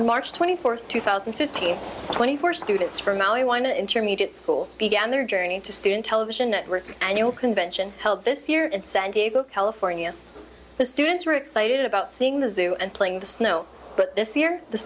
march twenty fourth two thousand and fifteen twenty four students from maui one intermediate school began their journey to student television networks annual convention held this year it's an diego california the students were excited about seeing the zoo and playing the snow but this year the